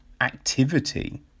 Activity